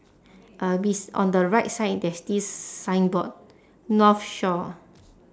uh bes~ on the right side there's this signboard north shore